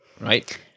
Right